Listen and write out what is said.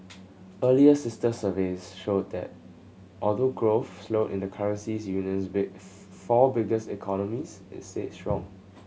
earlier sister surveys showed that although growth slowed in the currency union's big four biggest economies it stayed strong